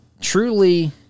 truly